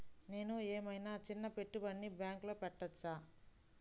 నేను ఏమయినా చిన్న పెట్టుబడిని బ్యాంక్లో పెట్టచ్చా?